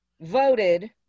voted